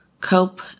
cope